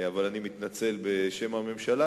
אבל אני מתנצל בשם הממשלה.